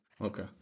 Okay